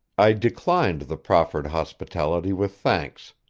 i declined the proffered hospitality with thanks,